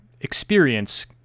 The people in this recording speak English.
experience